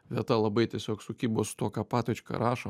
vieta labai tiesiog sukibo su tuo ką patočka rašo